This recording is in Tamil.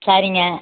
சரிங்க